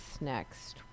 next